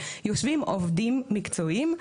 יושבים עובדים מקצועיים.